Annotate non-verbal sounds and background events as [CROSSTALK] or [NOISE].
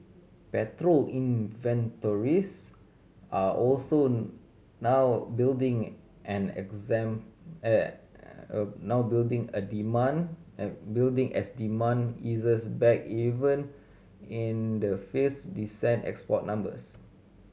petrol inventories are also now building an exam [HESITATION] now building a demand [HESITATION] building as demand eases back even in the face decent export numbers